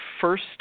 first